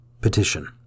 Petition